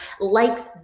likes